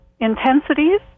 intensities